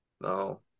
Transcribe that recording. No